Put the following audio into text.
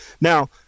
now